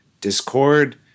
discord